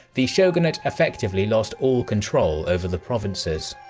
the shogunate effectively lost all control over the provinces.